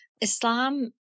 Islam